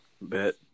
Bet